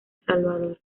salvador